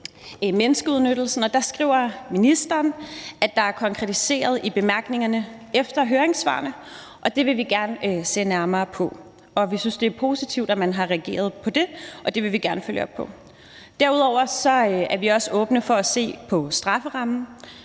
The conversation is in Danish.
menneskeudnyttelse. Der skriver ministeren, at det er konkretiseret i bemærkningerne efter høringssvarene, og det vil vi gerne se nærmere på. Og vi synes, det er positivt, at man har reageret på det, og det vil vi gerne følge op på. Derudover er vi også åbne for at se på strafferammen.